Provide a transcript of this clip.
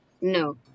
no